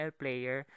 player